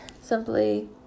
simply